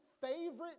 favorite